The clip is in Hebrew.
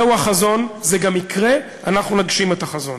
זהו החזון, זה גם יקרה, אנחנו נגשים את החזון.